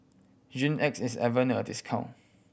Hygin X is having a discount